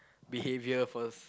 behaviour first